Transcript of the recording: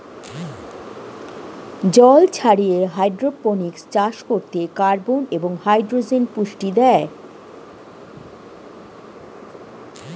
জল ছাড়িয়ে হাইড্রোপনিক্স চাষ করতে কার্বন এবং হাইড্রোজেন পুষ্টি দেয়